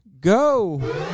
go